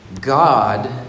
God